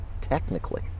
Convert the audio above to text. Technically